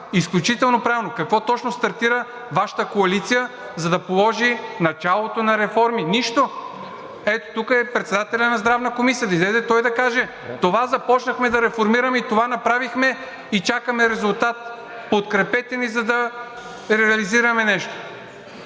изключително правилно? Какво точно стартира Вашата коалиция, за да положи началото на реформи? Нищо! Ето, тук е председателят на Здравната комисия, да излезе той да каже: това започнахме да реформираме, това направихме и чакаме резултат – подкрепете ни, за да реализираме нещо.